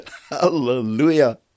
Hallelujah